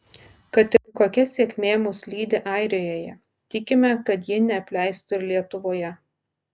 kad ir kokia sėkmė mus lydi airijoje tikime kad ji neapleistų ir lietuvoje